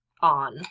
on